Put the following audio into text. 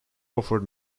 offered